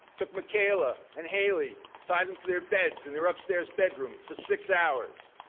took michaela and hayley, tied them to their beds in their upstairs bedroom for six hours.